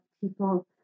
people